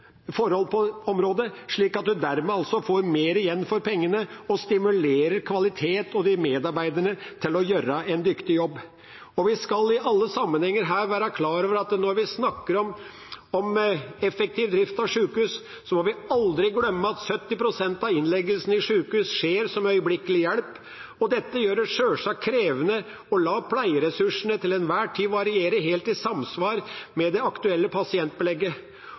forhold på området, slik at du dermed får mer igjen for pengene, og stimulerer kvaliteten og medarbeiderne til å gjøre en dyktig jobb. Vi skal i alle sammenhenger her være klar over at når vi snakker om effektiv drift av sykehus, må vi aldri glemme at 70 pst. av innleggelsene i sykehus skjer som øyeblikkelig hjelp. Dette gjør det sjølsagt krevende å la pleieressursene til enhver tid variere helt i samsvar med det aktuelle pasientbelegget.